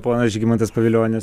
ponas žygimantas pavilionis